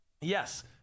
Yes